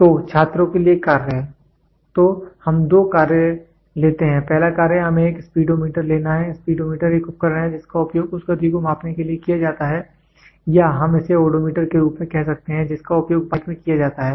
तो छात्रों के लिए कार्य तो हम दो कार्य लेते हैं पहला कार्य हमें एक स्पीडोमीटर लेना है स्पीडोमीटर एक उपकरण है जिसका उपयोग उस गति को मापने के लिए किया जाता है या हम इसे ओडोमीटर के रूप में कह सकते हैं जिसका उपयोग बाइक में किया जाता है